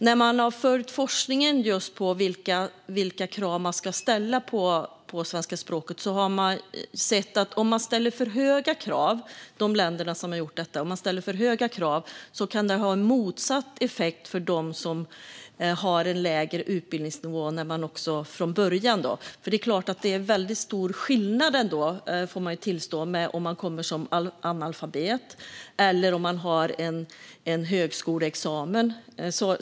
När man har följt forskningen när det gäller vilka krav som man ska ställa på kunskaper i svenska språket har man sett att om man ställer för höga krav - som en del länder har gjort - kan det ha en motsatt effekt för dem som har en lägre utbildningsnivå från början. Det är klart att det är en väldigt stor skillnad om människor kommer hit som analfabeter eller om de har en högskoleexamen.